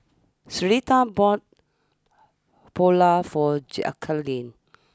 Syreeta bought Pulao for Jacalyn